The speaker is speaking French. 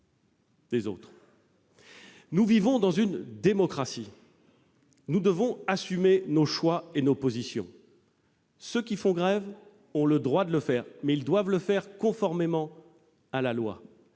Nous vivons dans une démocratie ; nous devons donc assumer nos choix et nos positions. Ceux qui font grève en ont le droit, mais ils doivent le faire conformément à la loi.